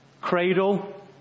Cradle